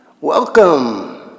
Welcome